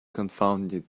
confounded